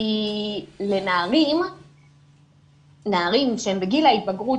כי לנערים שהם בגיל ההתבגרות,